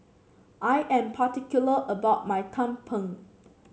I am particular about my tumpeng